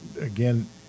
again